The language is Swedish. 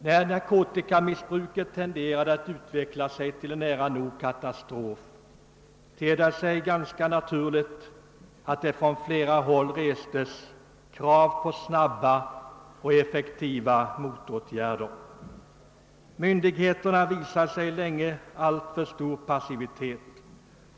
| När narkotikamissbruket tenderade att utveckla sig nära nog till en katastrof tedde det sig ganska naturligt att det från flera håll restes krav på snabba och effektiva motåtgärder. Myndigheterna visade alltför länge en för stor passivitet.